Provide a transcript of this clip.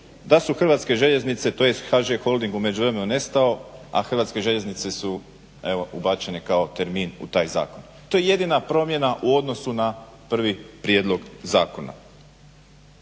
da su Hrvatske željeznice tj. HŽ-Holding u međuvremenu nestao, a Hrvatske željeznice su ubačene kao termin u taj zakon. To je jedina promjena u odnosu na prvi prijedlog zakona.